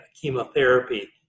chemotherapy